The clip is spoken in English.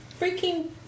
freaking